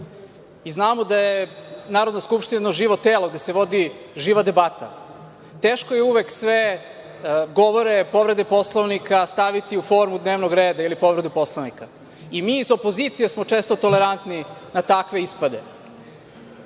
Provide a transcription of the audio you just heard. i znamo da je Narodna skupština jedno živo telo i da se vodi živa debata. Teško je uvek sve govore, povrede Poslovnika staviti u formu dnevnog reda ili povredu Poslovnika. Mi iz opozicije smo često tolerantni na takve ispade.